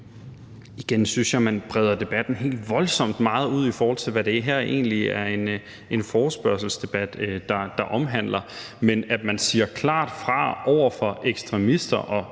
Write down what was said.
Jeg synes igen, at man breder debatten meget voldsomt ud, i forhold til hvad det her egentlig er en forespørgselsdebat om. Vi siger klart fra over for ekstremister og